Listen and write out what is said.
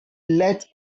let